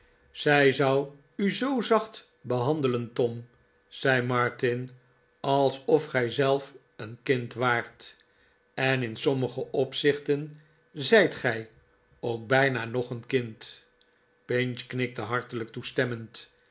zij zou u zoo zacht behandelen tom zei martin alsof gij zelf een kind waart en in sommige opzichten zijt gij ook bijna nog een kind pinch knikte hartelijk toestemmend